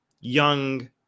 young